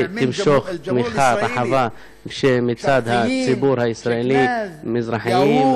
שתמשוך תמיכה רחבה מצד הציבור הישראלי: מזרחים,